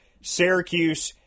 Syracuse